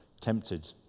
tempted